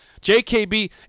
JKB